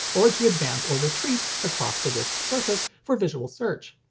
or to advance or retreat across the disc's surface for visual search.